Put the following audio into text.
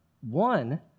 one